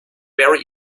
very